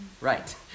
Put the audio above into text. Right